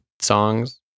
songs